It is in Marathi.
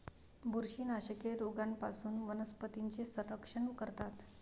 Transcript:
बुरशीनाशके रोगांपासून वनस्पतींचे संरक्षण करतात